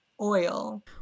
oil